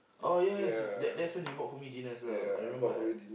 oh yes that that's when you bought for me dinner as well I remember uh